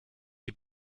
die